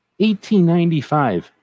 1895